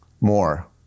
more